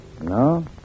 No